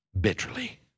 bitterly